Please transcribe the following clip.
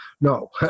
No